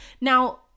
now